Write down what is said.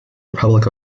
republic